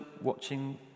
watching